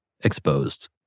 exposed